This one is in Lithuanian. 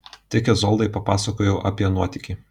tik izoldai papasakojau apie nuotykį